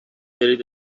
برید